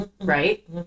right